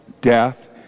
death